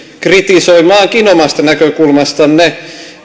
kritisoimaankin omasta näkökulmastanne